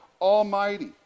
Almighty